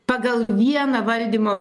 pagal vieną valdymo